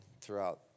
throughout